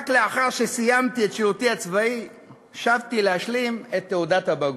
רק לאחר שסיימתי את שירותי הצבאי שבתי להשלים את תעודת הבגרות.